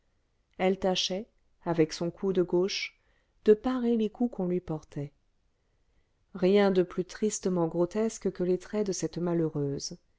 elle tâchait avec son coude gauche de parer les coups qu'on lui portait rien de plus tristement grotesque que les traits de cette malheureuse